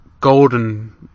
golden